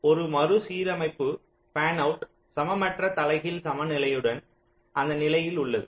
ஒரு மறுசீரமைப்பு பேன்அவுட் சமமற்ற தலைகீழ் சமநிலையுடன் அந்த நிலை உள்ளது